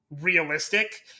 realistic